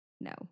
No